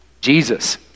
Jesus